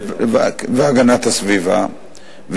והגנת הסביבה,